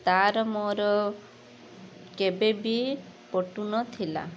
ତା'ର ମୋର କେବେ ବି ପଟୁନଥିଲା